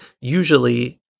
usually